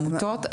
העמותות,